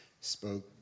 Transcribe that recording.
spoke